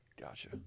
gotcha